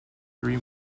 three